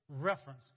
reference